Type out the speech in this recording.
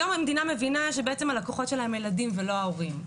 היום המדינה מבינה שבעצם הלקוחות שלה הם הילדים ולא ההורים,